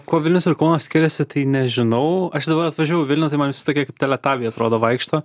kuo vilnius ir kaunas skiriasi tai nežinau aš dabar atvažiavau į vilnių tai man visi tokie kaip teletabiai atrodo vaikšto